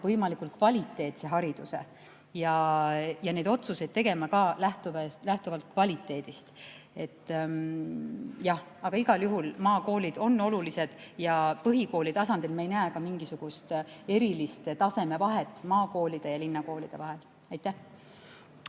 võimalikult kvaliteetse hariduse ja neid otsuseid tegema ka lähtuvalt kvaliteedist. Aga igal juhul maakoolid on olulised ja põhikooli tasandil me ei näe ka mingisugust erilist tasemevahet maakoolide ja linnakoolide vahel. Aitäh!